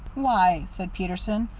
why, said peterson,